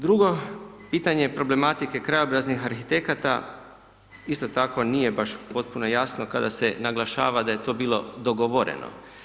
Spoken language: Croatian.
Drugo, pitanje je problematike krajobraznih arhitekata, isto tako, nije baš potpuno jasno kada se naglašava da je to bilo dogovoreno.